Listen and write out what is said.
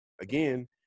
again